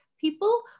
people